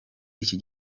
iki